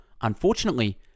Unfortunately